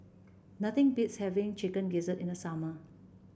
nothing beats having Chicken Gizzard in the summer